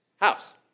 house